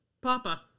Papa